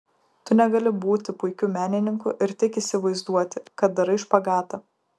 tu negali būti puikiu menininku ir tik įsivaizduoti kad darai špagatą